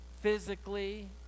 physically